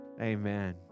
amen